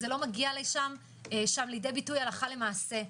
זה לא מגיע שם לידי ביטוי הלכה למעשה.